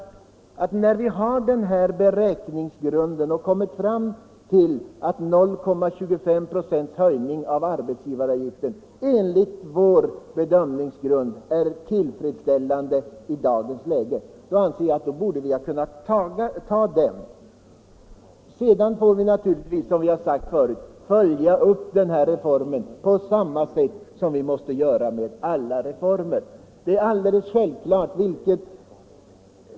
Vi har kommit fram till att 0,25 96 höjning av arbetsgivaravgiften är tillfredsställande i dagens läge. Denna procentsats borde ha kunnat godtas. Som jag har sagt förut får man följa upp denna reform på samma sätt som man måste göra med alla reformer.